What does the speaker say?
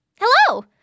hello